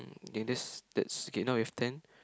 okay that's that's okay now we have ten